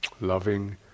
loving